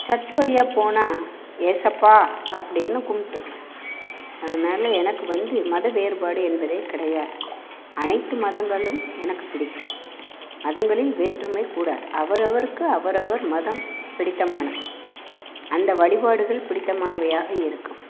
church வழியாக போனால் இயேசப்பா அப்படின்னு கும்பிட்டுக்குவேன் அதனால் எனக்கு வந்து மத வேறுபாடு என்பது கிடையாது அனைத்து மதங்களும் எனக்கு பிடிக்கும் மதங்களில் வேற்றுமை கூடாது அவரவருக்கு அவரவர் மதம் பிடித்தமானது அந்த வழிபாடுகள் பிடித்தமானவையாக இருக்கும்